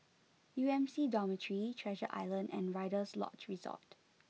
U M C Dormitory Treasure Island and Rider's Lodge Resort